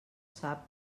sap